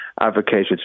advocated